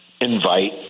invite